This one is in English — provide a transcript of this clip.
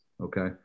Okay